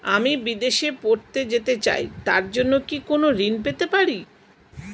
আমি বিদেশে পড়তে যেতে চাই তার জন্য কি কোন ঋণ পেতে পারি?